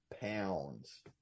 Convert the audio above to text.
pounds